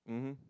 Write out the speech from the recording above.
mmhmm